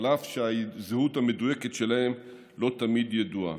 אף שהזהות המדויקת שלהם לא תמיד ידועה.